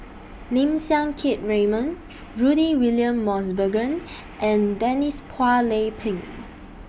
Lim Siang Keat Raymond Rudy William Mosbergen and Denise Phua Lay Peng